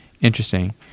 Interesting